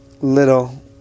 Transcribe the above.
little